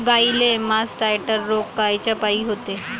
गाईले मासटायटय रोग कायच्यापाई होते?